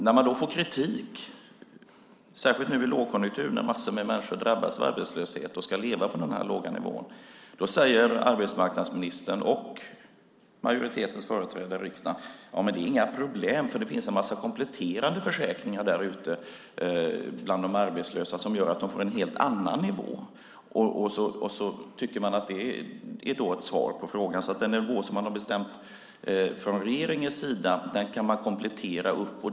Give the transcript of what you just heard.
När man då får kritik - särskilt nu i lågkonjunktur när många människor drabbas av arbetslöshet och ska leva på den låga nivån - säger arbetsmarknadsministern och majoritetens företrädare i riksdagen att det inte är några problem eftersom det finns en mängd kompletterande försäkringar bland de arbetslösa som gör att de får en helt annan nivå. Sedan tycker man att det är ett svar på frågan. Den nivå som har bestämts från regeringens sida kan kompletteras.